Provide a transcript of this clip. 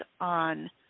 on